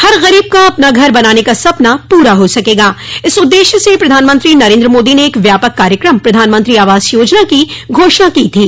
हर ग़रीब का अपना घर बनाने का सपना पूरा हो सके इस उद्दश्य से प्रधानमंत्री नरेन्द्र मोदी ने एक व्यापक कार्यक्रम प्रधानमंत्री आवास योजना की घोषणा की थी